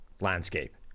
landscape